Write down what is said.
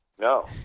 No